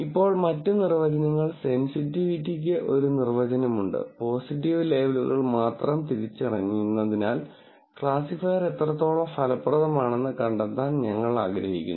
ഇപ്പോൾ മറ്റ് നിർവചനങ്ങൾ സെൻസിറ്റിവിറ്റിക്ക് ഒരു നിർവചനം ഉണ്ട് പോസിറ്റീവ് ലേബലുകൾ മാത്രം തിരിച്ചറിയുന്നതിൽ ക്ലാസിഫയർ എത്രത്തോളം ഫലപ്രദമാണെന്ന് കണ്ടെത്താൻ ഞങ്ങൾ ആഗ്രഹിക്കുന്നു